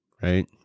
right